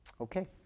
Okay